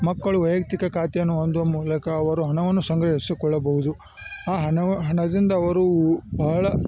ಮಕ್ಕಳು ವೈಯಕ್ತಿಕ ಖಾತೆಯನ್ನು ಹೊಂದುವ ಮೂಲಕ ಅವರು ಹಣವನ್ನು ಸಂಗ್ರಹಿಸಿಕೊಳ್ಳಬಹುದು ಆ ಹಣವು ಹಣದಿಂದ ಅವರು ಬಹಳ